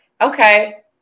okay